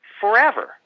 forever